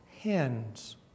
hands